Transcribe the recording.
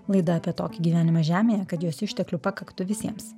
laida apie tokį gyvenimą žemėje kad jos išteklių pakaktų visiems